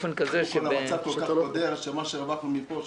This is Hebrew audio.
המצב כל כך קודר שמה שהרווחנו פה,